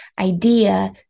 idea